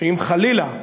שאם חלילה,